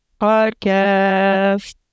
podcast